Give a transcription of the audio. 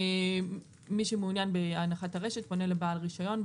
מי שמעוניין בהנחת הרשת פונה לבעל רישיון,